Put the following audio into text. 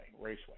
raceway